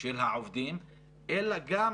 של העובדים, אלא גם